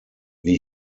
wie